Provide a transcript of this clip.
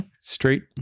Straight